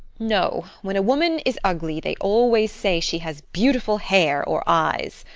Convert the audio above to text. no, when a woman is ugly they always say she has beautiful hair or eyes.